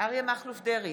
אריה מכלוף דרעי,